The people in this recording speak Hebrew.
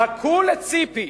חכו לציפי,